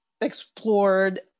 explored